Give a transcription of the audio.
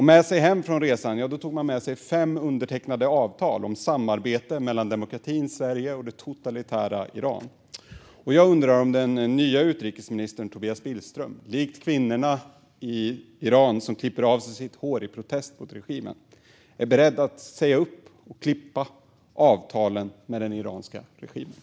Med sig hem från resan tog man fem undertecknade avtal om samarbete mellan demokratin Sverige och det totalitära Iran. Jag undrar om den nya utrikesministern Tobias Billström, likt kvinnorna i Iran som klipper av sig sitt hår i protest mot regimen, är beredd att säga upp och klippa avtalen med den iranska regimen.